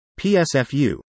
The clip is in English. PSFU